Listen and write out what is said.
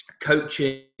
coaching